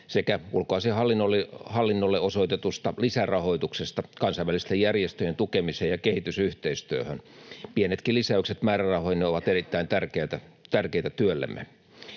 sekä ulkoasiainhallinnolle osoitetusta lisärahoituksesta kansainvälisten järjestöjen tukemiseen ja kehitysyhteistyöhön. Pienetkin lisäykset määrärahoihin ovat erittäin tärkeitä työllemme.